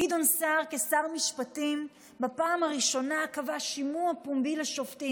גדעון סער כשר משפטים בפעם הראשונה קבע שימוע פומבי לשופטים.